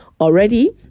already